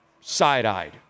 side-eyed